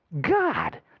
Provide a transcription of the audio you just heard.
God